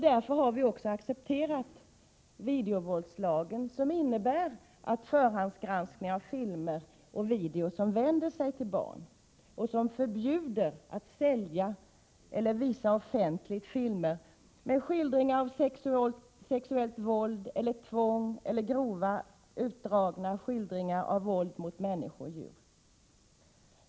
Därför har vi accepterat videovåldslagen, som innebär förhandsgranskning av filmer och video som vänder sig till barn och som förbjuder försäljning eller offentlig visning av filmer med skildringar av sexuellt våld eller tvång eller grova, utdragna skildringar av våld mot människor eller djur.